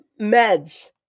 meds